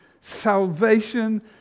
Salvation